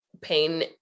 pain